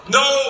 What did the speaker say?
no